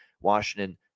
Washington